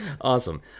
Awesome